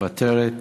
מוותרת,